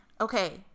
okay